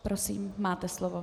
Prosím, máte slovo.